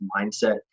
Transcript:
mindset